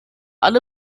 alle